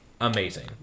amazing